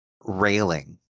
railing